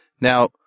now